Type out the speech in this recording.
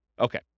Okay